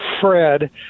Fred